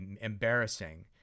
embarrassing